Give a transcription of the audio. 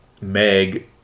Meg